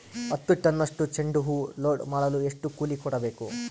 ಹತ್ತು ಟನ್ನಷ್ಟು ಚೆಂಡುಹೂ ಲೋಡ್ ಮಾಡಲು ಎಷ್ಟು ಕೂಲಿ ಕೊಡಬೇಕು?